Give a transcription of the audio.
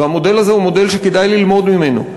המודל הזה הוא מודל שכדאי ללמוד ממנו.